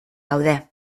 gaude